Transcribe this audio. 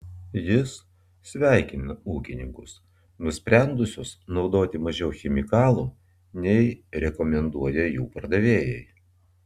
jis sveikina ūkininkus nusprendusius naudoti mažiau chemikalų nei rekomenduoja jų pardavėjai